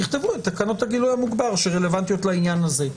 תכתבו את תקנות הגילוי המוגבר שרלוונטיות לעניין הזה.